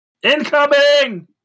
Incoming